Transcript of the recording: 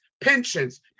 pensions